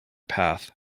path